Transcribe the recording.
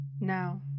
Now